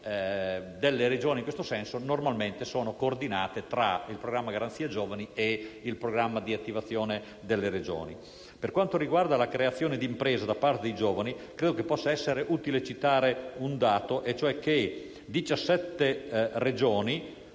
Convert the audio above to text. delle Regioni in questo senso, esse vengono normalmente coordinate tra il programma Garanzia giovani e il programma di attivazione delle Regioni. Per quanto riguarda la creazione di imprese da parte dei giovani, credo possa essere utile citare il dato secondo cui 17 Regioni